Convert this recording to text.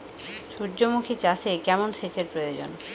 সূর্যমুখি চাষে কেমন সেচের প্রয়োজন?